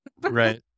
right